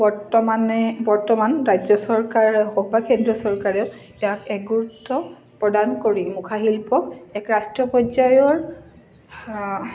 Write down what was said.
বৰ্তমান ৰাজ্য চৰকাৰেই হওক বা কেন্দ্ৰীয় চৰকাৰেই হওক ইয়াক এক গুৰুত্ব প্ৰদান কৰি মুখাশিল্পক এক ৰাষ্ট্ৰীয় পৰ্যায়ৰ